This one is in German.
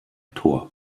tor